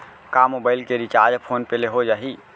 का मोबाइल के recharge phone पे ले हो जाही?